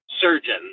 surgeon